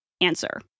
answer